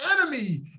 enemy